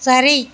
சரி